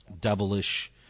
devilish